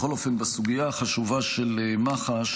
בכל אופן, בסוגיה החשובה של מח"ש,